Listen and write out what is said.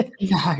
No